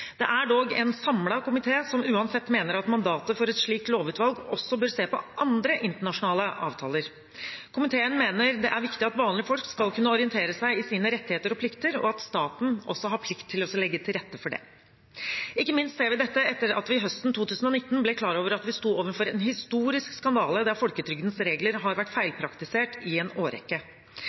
Det er dog en samlet komité som uansett mener at mandatet for et slikt lovutvalg også bør se på andre internasjonale avtaler. Komiteen mener det er viktig at vanlige folk skal kunne orientere seg i sine rettigheter og plikter, og at staten også har plikt til å legge til rette for det. Ikke minst ser vi dette etter at vi høsten 2019 ble klar over at vi sto overfor en historisk skandale, der folketrygdens regler har vært feilpraktisert i en årrekke.